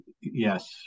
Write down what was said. yes